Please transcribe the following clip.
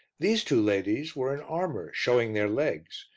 these two ladies were in armour, showing their legs,